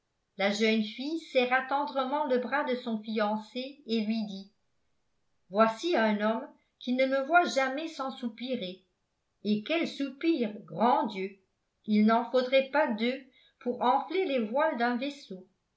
la jeune fille serra tendrement le bras de son fiancé et lui dit voici un homme qui ne me voit jamais sans soupirer et quels soupirs grand dieu il n'en faudrait pas deux pour enfler les voiles d'un vaisseau